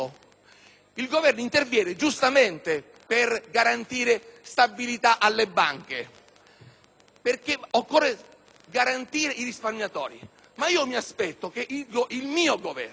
Il Governo interviene giustamente per garantire stabilità alle banche perché occorre garantire i risparmiatori. Mi aspetto però che il mio Governo